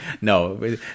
no